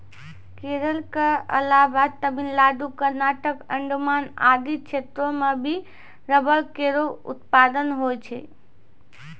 केरल क अलावा तमिलनाडु, कर्नाटक, अंडमान आदि क्षेत्रो म भी रबड़ केरो उत्पादन होय छै